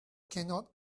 cannot